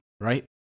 right